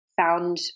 found